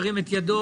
ירים את ידו.